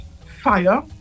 fire